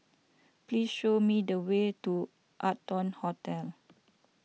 please show me the way to Arton Hotel